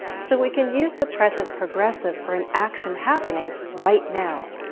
so, we can use the present progressive for an action happening right now,